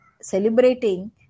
celebrating